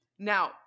Now